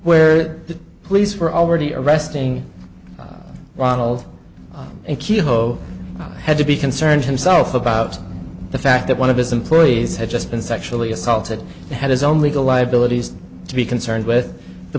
where the police were already arresting ronald a key ho had to be concerned himself about the fact that one of his employees had just been sexually assaulted and had his own legal liabilities to be concerned with the